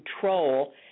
control